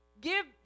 give